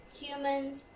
humans